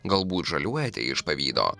galbūt žaliuojate iš pavydo